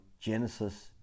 Genesis